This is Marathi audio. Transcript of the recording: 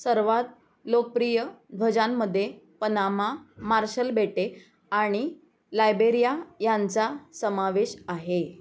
सर्वात लोकप्रिय ध्वजांमध्ये पनामा मार्शल बेटे आणि लायबेरिया यांचा समावेश आहे